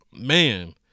man